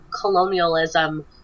colonialism